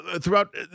throughout